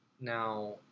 now